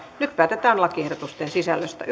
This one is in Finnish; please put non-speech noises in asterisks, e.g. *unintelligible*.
nyt päätetään lakiehdotusten sisällöstä *unintelligible*